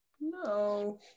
No